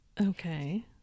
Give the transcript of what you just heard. Okay